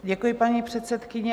Děkuji, paní předsedkyně.